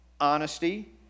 honesty